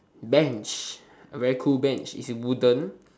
bench a very cool bench is wooden